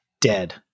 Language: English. dead